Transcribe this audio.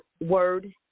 word